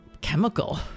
chemical